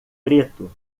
preto